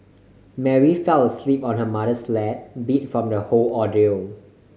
Mary fell asleep on her mother's lap beat from the whole ordeal